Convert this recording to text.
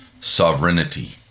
sovereignty